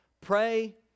Pray